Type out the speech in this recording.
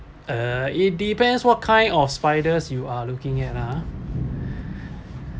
uh it depends what kind of spiders you are looking at ah